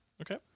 Okay